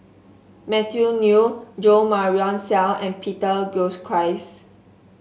Matthew Ngui Jo Marion Seow and Peter Gilchrist